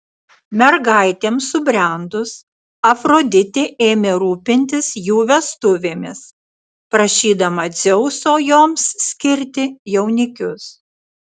mergaitėms subrendus afroditė ėmė rūpintis jų vestuvėmis prašydama dzeuso joms skirti jaunikius